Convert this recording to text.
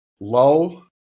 low